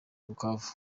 bukavu